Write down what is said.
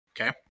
Okay